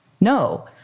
No